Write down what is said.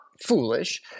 foolish